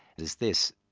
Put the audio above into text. is this.